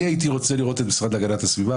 אני הייתי רוצה לראות את המשרד להגנת הסביבה,